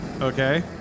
Okay